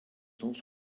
also